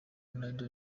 ronaldo